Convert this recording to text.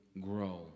grow